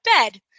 bed